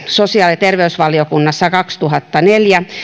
sosiaali ja terveysvaliokunnassa kaksituhattaneljä